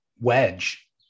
wedge